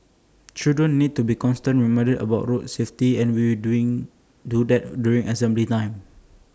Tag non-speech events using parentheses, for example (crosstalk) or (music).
(noise) children need to be constantly reminded about road safety and we will doing do that during assembly time